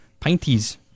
Pinties